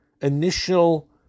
initial